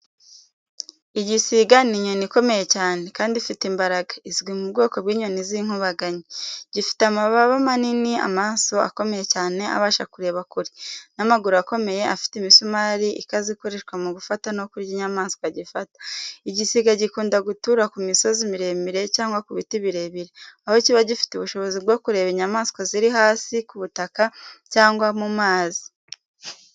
Igisiga ni inyoni ikomeye cyane kandi ifite imbaraga, izwi mu bwoko bw’inyoni z’inkubaganyi. Gifite amababa manini, amaso akomeye cyane abasha kureba kure, n’amaguru akomeye afite imisumari ikaze ikoreshwa mu gufata no kurya inyamaswa gifata. Igisiga gikunda gutura ku misozi miremire cyangwa ku biti birebire, aho kiba gifite ubushobozi bwo kureba inyamaswa ziri hasi ku butaka cyangwa mu mazi.